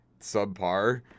subpar